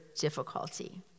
difficulty